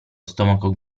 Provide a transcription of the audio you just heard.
stomaco